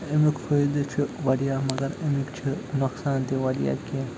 امیُک فٲیدٕ چھُ وارِیاہ مگر اَمیُک چھُ نۄقصان تہِ وارِیاہ کیٚنٛہہ